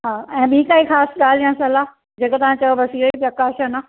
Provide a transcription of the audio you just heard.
हा ऐं ॿी काई ख़ास ॻाल्हि या सलाह जेका तव्हां चयो बसि इहा ई क्वशचन